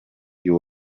you